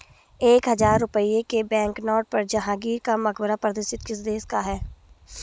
एक हजार रुपये के बैंकनोट पर जहांगीर का मकबरा प्रदर्शित किस देश का है?